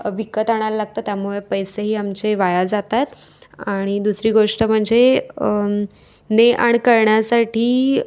विकत आणायला लागतं त्यामुळे पैसेही आमचे वाया जात आहेत आणि दुसरी गोष्ट म्हणजे नेआण करण्यासाठी